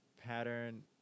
Pattern